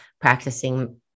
practicing